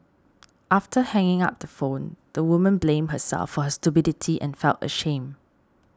after hanging up the phone the woman blamed herself for her stupidity and felt ashamed